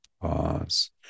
pause